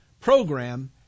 program